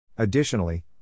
Additionally